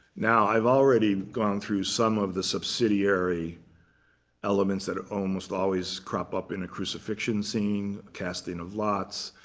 now, i've already gone through some of the subsidiary elements that almost always crop up in a crucifixion scene casting of lots,